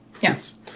Yes